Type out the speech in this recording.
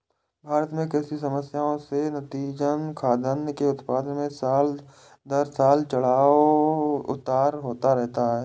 भारत में कृषि समस्याएं से नतीजतन, खाद्यान्न के उत्पादन में साल दर साल उतार चढ़ाव होता रहता है